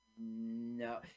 No